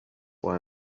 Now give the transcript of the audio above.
why